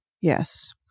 Yes